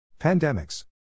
Pandemics